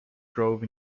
grove